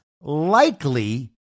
likely